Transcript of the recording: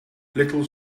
little